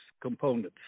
components